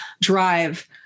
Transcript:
drive